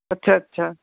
ਅੱਛਾ ਅੱਛਾ